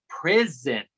Prison